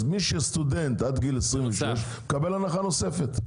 אז מי שסטודנט עד גיל 26 מקבל הנחה נוספת.